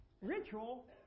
ritual